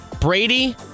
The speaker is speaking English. Brady